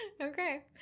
okay